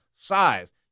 Size